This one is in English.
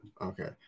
Okay